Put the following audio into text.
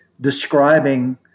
describing